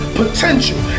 potential